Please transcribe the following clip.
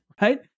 right